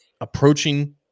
approaching